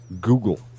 google